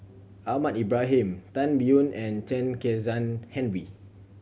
Ahmad Ibrahim Tan Biyun and Chen Kezhan Henri